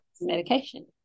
medication